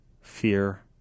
fear